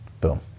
boom